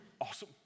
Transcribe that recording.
Awesome